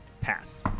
Pass